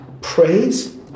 praise